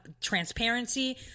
transparency